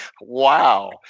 Wow